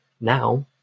now